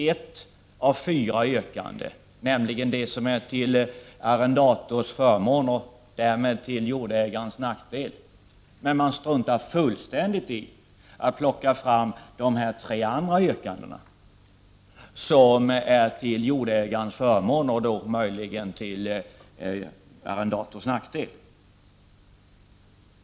Ett av fyra yrkanden har plockats ut, nämligen det som är till arrendatorns förmån och därmed till jordägarens nackdel. Man struntar helt i att plocka fram de tre övriga yrkandena, som är till jordägarens förmån och möjligen till arrendatorns nackdel.